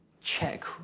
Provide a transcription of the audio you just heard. check